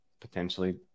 potentially